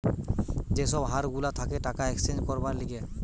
যে সব হার গুলা থাকে টাকা এক্সচেঞ্জ করবার লিগে